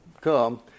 come